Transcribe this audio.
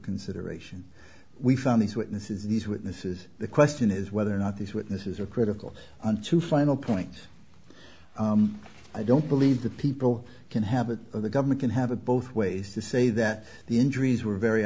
consideration we found these witnesses in these witnesses the question is whether or not these witnesses are critical to final point i don't believe that people can have it or the government can have a both ways to say that the injuries were very